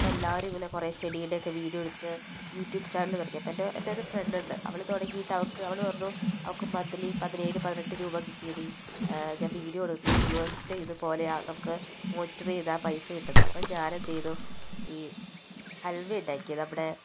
അപ്പെല്ലാവരും ഇങ്ങനെ കുറെ ചെടിയുടെ ഒക്കെ വീഡിയോ എടുത്ത് യു ട്യൂബ് ചാനല് തുടങ്ങി അപ്പം എൻ്റെ എൻറ്റൊരു ഫ്രണ്ടുണ്ട് അവള് തുടങ്ങിയിട്ട് അവക്ക് അവള് പറഞ്ഞു അവക്ക് മന്ത്ലി പതിനേഴ് പതിനെട്ട് രൂപ കിട്ടിയെടി ഞാൻ വീഡിയോ എടുത്ത് വ്യൂവേഴ്സിൻ്റെ ഇത് പോലെയാ നമുക്ക് മോണിറ്ററ് ചെയ്താൽ പൈസ കിട്ടുമെന്ന് അപ്പം ഞാനെന്ത് ചെയ്തു ഈ ഹൽവയുണ്ടാക്കി നമ്മുടെ